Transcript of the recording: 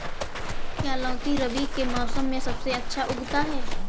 क्या लौकी रबी के मौसम में सबसे अच्छा उगता है?